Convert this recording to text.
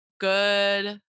good